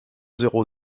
zéro